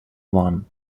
one